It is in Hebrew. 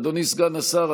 אדוני סגן השר,